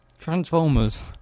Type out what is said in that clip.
Transformers